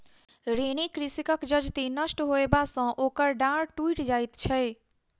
ऋणी कृषकक जजति नष्ट होयबा सॅ ओकर डाँड़ टुइट जाइत छै